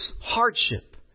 hardship